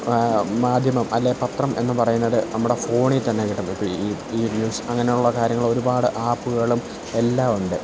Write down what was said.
മാധ്യമം അല്ലെങ്കില് പത്രം എന്നു പറയുന്നത് നമ്മുടെ ഫോണില് തന്നെ കിട്ടുന്നുണ്ട് ഇപ്പോള് ഈ ഈ ന്യൂസ് അങ്ങനെ ഉള്ള കാര്യങ്ങള് ഒരുപാട് ആപ്പുകളും എല്ലാമുണ്ട്